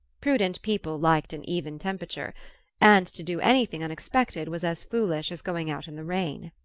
prudent people liked an even temperature and to do anything unexpected was as foolish as going out in the rain.